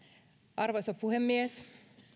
arvoisa puhemies